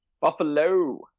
Buffalo